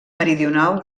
meridional